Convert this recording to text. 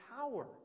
power